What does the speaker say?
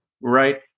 right